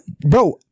bro